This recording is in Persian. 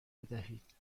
بدهید